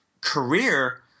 career